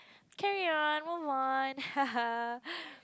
carry on move one